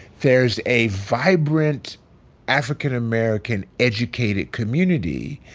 there's a vibrant african american educated community.